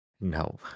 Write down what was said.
No